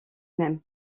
même